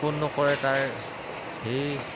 উৎপন্ন কৰে তাৰ সেই